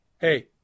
hey